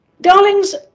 darlings